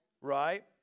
right